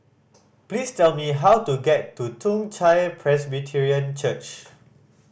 please tell me how to get to Toong Chai Presbyterian Church